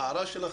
לגבי ההערה שלך,